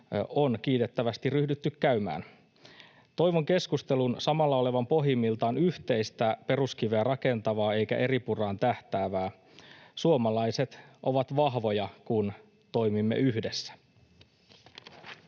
on kiitettävästi ryhdytty käymään. Toivon keskustelun samalla olevan pohjimmiltaan yhteistä peruskiveä rakentavaa eikä eripuraan tähtäävää. Suomalaiset ovat vahvoja, kun toimimme yhdessä.